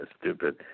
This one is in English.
stupid